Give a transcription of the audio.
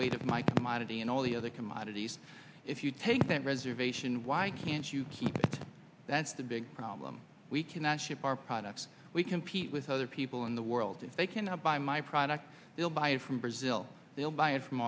weight of my mind and all the other commodities if you take that reservation why can't you see that's the big problem we cannot ship our products we compete with other people in the world if they can buy my product they'll buy it from brazil they'll buy it from